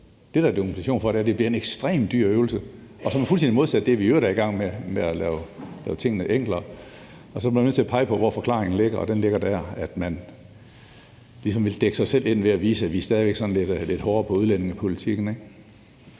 Det, der er dokumentation for, er, at det bliver en ekstremt dyr øvelse, og som er fuldstændig modsat det, vi i øvrigt er i gang med, med at gøre tingene enklere. Så er jo man nødt til at pege på, hvor forklaringen ligger, og den ligger der, nemlig at man ligesom vil dække sig selv ind ved at vise, at vi stadig væk er sådan lidt hårde på udlændingepolitikken,